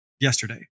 yesterday